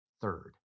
Third